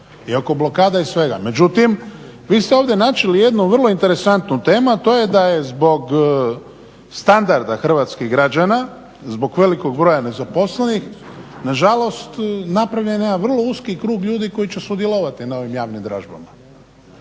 i oko blokada i svega. Međutim, vi ste ovdje načeli jednu vrlo interesantnu temu a to je da je zbog standarda hrvatskih građana, zbog velikog broja nezaposlenih, nažalost napravljen jedan vrlo uski krug ljudi koji će sudjelovati na ovim javnim dražbama,